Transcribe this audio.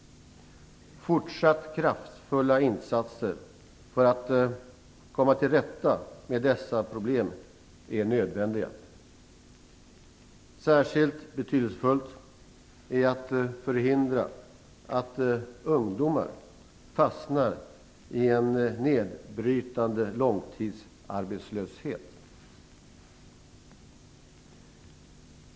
Fortsatt kraftfulla insatser för att komma till rätta med dessa problem är nödvändiga. Särskilt betydelsefullt är att förhindra att ungdomar fastnar i en nedbrytande långtidsarbetslöshet.